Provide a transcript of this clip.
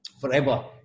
forever